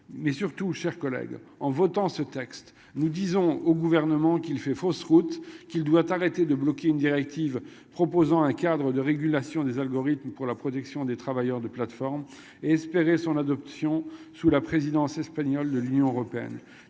Mais surtout, chers collègues, en votant ce texte nous disons au gouvernement qu'il fait fausse route, qu'il doit arrêter de bloquer une directive proposant un cadre de régulation des algorithmes pour la protection des travailleurs des plateformes et espérer son adoption sous la présidence espagnole de l'Union européenne